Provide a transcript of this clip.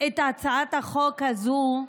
את הצעת החוק הזו,